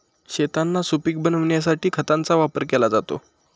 शेतांना सुपीक बनविण्यासाठी खतांचा वापर केला जातो